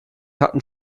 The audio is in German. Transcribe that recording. hatten